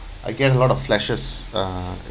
I get a lot of flashes uh okay